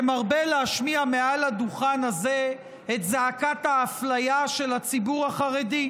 שמרבה להשמיע מעל הדוכן הזה את זעקת האפליה של הציבור החרדי,